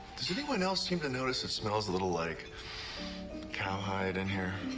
does anyone else seem to notice it smells a little like cowhide in here?